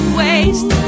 waste